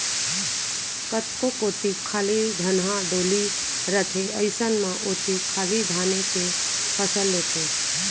कतको कोती खाली धनहा डोली रथे अइसन म ओती खाली धाने के फसल लेथें